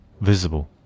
visible